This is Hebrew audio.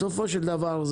בסופו של דבר,